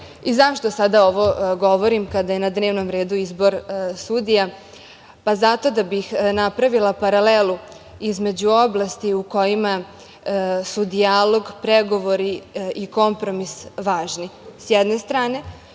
Zašto sada ovo govorim kada je na dnevnom redu izbor sudija? Pa, zato da bih napravila paralelu između oblasti u kojima su dijalog, pregovori i kompromis važni